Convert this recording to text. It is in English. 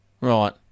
Right